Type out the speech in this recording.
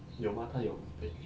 有吗她有